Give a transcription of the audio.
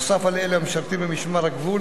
נוסף על אלו המשרתים במשמר הגבול,